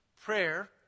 prayer